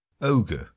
Ogre